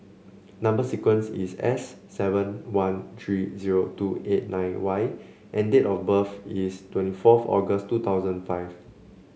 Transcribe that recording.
number sequence is S seven one three zero two eight nine Y and date of birth is twenty forth August two thousand five